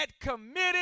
committed